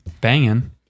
banging